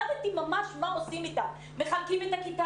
למדתי ממש מה עושים איתם: מחלקים את הכיתה